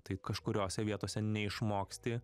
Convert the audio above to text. tai kažkuriose vietose neišmoksti